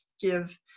give